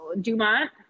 Dumont